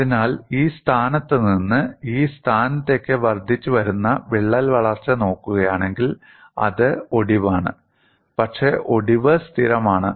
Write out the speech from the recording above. അതിനാൽ ഈ സ്ഥാനത്ത് നിന്ന് ഈ സ്ഥാനത്തേക്ക് വർദ്ധിച്ചുവരുന്ന വിള്ളൽ വളർച്ച നോക്കുകയാണെങ്കിൽ അത് ഒടിവാണ് പക്ഷേ ഒടിവ് സ്ഥിരമാണ്